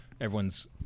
Everyone's